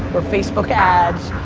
or facebook ads,